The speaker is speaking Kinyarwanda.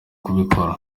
kubikora